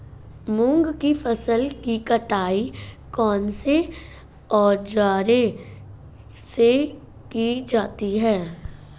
मूंग की फसल की कटाई कौनसे औज़ार से की जाती है?